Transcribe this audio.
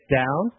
down